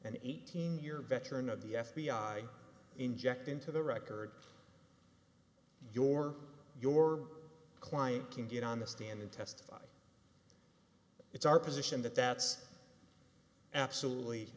an eighteen year veteran of the f b i inject into the record your your client can get on the stand and testify it's our position that that's absolutely